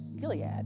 Gilead